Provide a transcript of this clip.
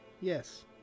yes